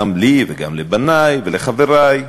גם לי וגם לבני וגם לחברי,